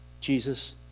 Jesus